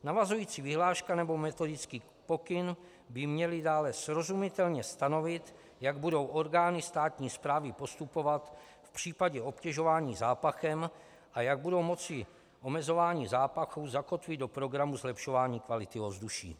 Navazující vyhláška nebo metodický pokyn by měly dále srozumitelně stanovit, jak budou orgány státní správy postupovat v případě obtěžování zápachem a jak budou moci omezování zápachu zakotvit do programu zlepšování kvality ovzduší.